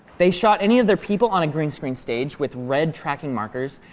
they shot any of their people on a green-screen stage with red tracking markers,